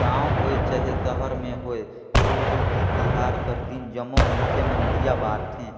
गाँव होए चहे सहर में होए सुरहुती तिहार कर दिन जम्मो मइनसे मन दीया बारथें